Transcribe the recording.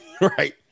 Right